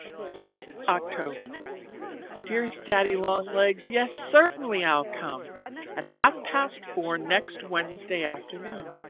sixth october dearest daddy-long-legs, yes, certainly i'll come at half-past four next wednesday afternoon.